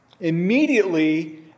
immediately